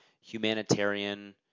humanitarian